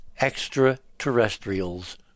extraterrestrials